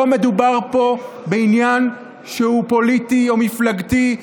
לא מדובר פה בעניין שהוא פוליטי או מפלגתי,